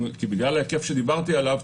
בגלל ההיקף שדיברתי עליו,